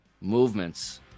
movements